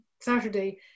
Saturday